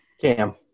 Cam